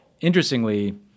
interestingly